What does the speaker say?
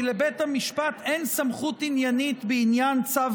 כי לבית המשפט אין סמכות עניינית בעניין צו